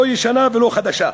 לא ישנה ולא חדשה.